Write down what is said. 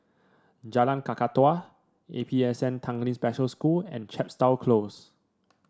Jalan Kakatua A P S N Tanglin Special School and Chepstow Close